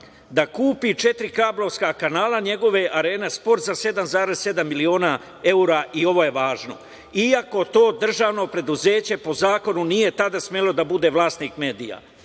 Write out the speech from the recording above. da kupi četiri kablovska kanala njegove "Arena sport" za 7,7 miliona evra, i ovo je važno, iako to državno preduzeće po zakonu nije tada smelo da bude vlasnik medija.